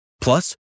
Plus